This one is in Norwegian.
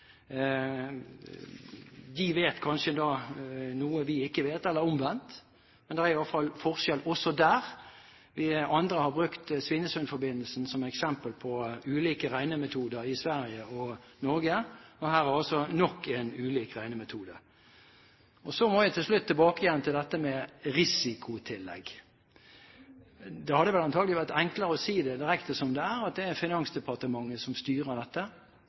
De vet kanskje noe vi ikke vet – eller omvendt. Det er iallfall en forskjell også der. Vi andre har brukt Svinesundforbindelsen som eksempel på ulike regnemetoder i Sverige og Norge. Her er altså nok et eksempel på ulike regnemetoder. Så må jeg til slutt tilbake til dette med risikotillegg. Det hadde vel antakelig vært enklere å si det direkte som det er, at det er Finansdepartementet som styrer dette,